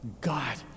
God